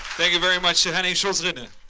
thank you very much, so henning schulzrinne. and